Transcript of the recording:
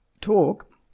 talk